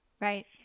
Right